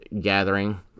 gathering